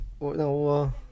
no